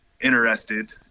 interested